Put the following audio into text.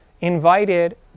invited